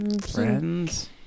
Friends